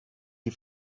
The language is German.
die